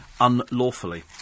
unlawfully